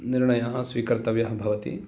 निर्णयः स्वीकर्तव्यः भवति